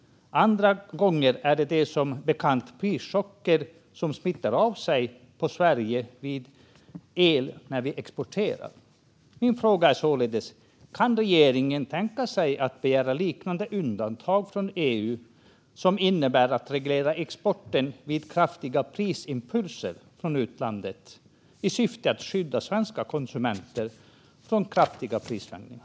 Andra gånger är det som bekant prischocker som smittar av sig på Sverige när vi exporterar. Min fråga är således: Kan regeringen tänka sig att begära liknande undantag i EU, som innebär att man reglerar exporten vid kraftiga prisimpulser i utlandet i syfte att skydda svenska konsumenter från kraftiga prisförändringar?